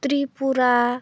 Tripura